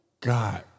God